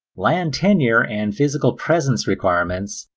land tenure and physical presence requirements,